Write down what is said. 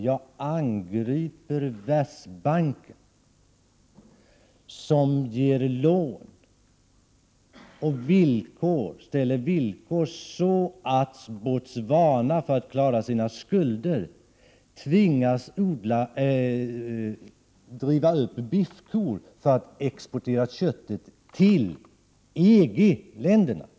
Jag angriper Världsbanken, som ger lån och ställer sådana villkor att Botswana, för att klara sina skulder, tvingas föda upp biffkor för att exportera köttet till EG-länderna.